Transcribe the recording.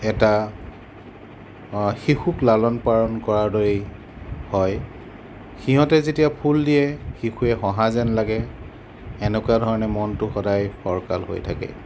এটা শিশুক লালন পালন কৰাৰ দৰেই হয় সিহঁতে যেতিয়া ফুল দিয়ে শিশুৱে হঁহা যেন লাগে এনেকুৱা ধৰণে মনটো সদায় ফৰকাল হৈ থাকে